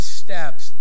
steps